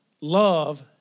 love